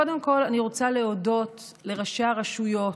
קודם כול אני רוצה להודות לראשי הרשויות,